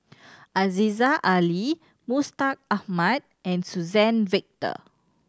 Aziza Ali Mustaq Ahmad and Suzann Victor